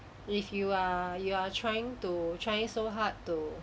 if you are you are trying to trying so hard to